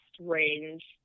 range